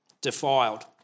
defiled